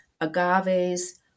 agaves